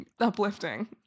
uplifting